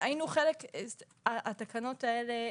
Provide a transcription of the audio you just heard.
התקנות האלה,